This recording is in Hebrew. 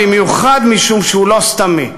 במיוחד משום שהוא לא סתמי,